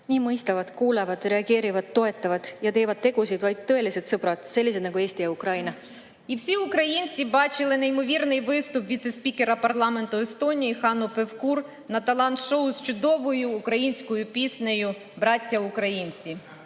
Nii mõistavad, kuulevad, reageerivad, toetavad ja teevad tegusid vaid tõelised sõbrad, sellised nagu Eesti ja Ukraina.